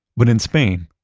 but in spain,